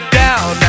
down